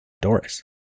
Doris